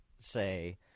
say